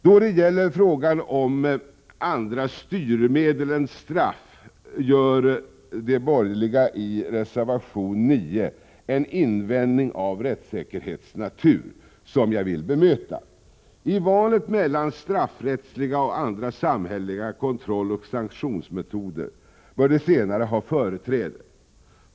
Då det gäller frågan om andra styrmedel än straff gör de borgerliga i reservation 9 en invändning av rättssäkerhetsnatur som jag vill bemöta. I valet mellan straffrättsliga och andra samhälleliga kontrolloch sanktionsmetoder bör de senare ha företräde.